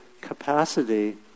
capacity